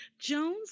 Jones